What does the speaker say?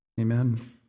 Amen